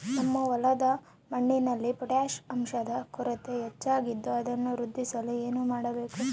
ನಮ್ಮ ಹೊಲದ ಮಣ್ಣಿನಲ್ಲಿ ಪೊಟ್ಯಾಷ್ ಅಂಶದ ಕೊರತೆ ಹೆಚ್ಚಾಗಿದ್ದು ಅದನ್ನು ವೃದ್ಧಿಸಲು ಏನು ಮಾಡಬೇಕು?